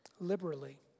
liberally